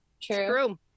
True